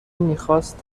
میخواست